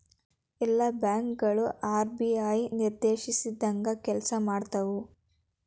ಎಲ್ಲಾ ಬ್ಯಾಂಕ್ ಗಳು ಆರ್.ಬಿ.ಐ ನಿರ್ದೇಶಿಸಿದಂಗ್ ಕೆಲ್ಸಾಮಾಡ್ತಾವು